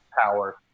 power